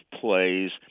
plays